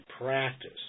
practice